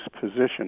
position